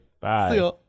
bye